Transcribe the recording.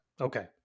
Okay